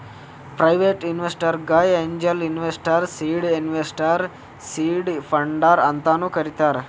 private ಇನ್ವೆಸ್ಟರ್ಗ angel investor, seed investor, seed funder ಅಂತಾನು ಕರಿತಾರ್